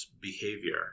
behavior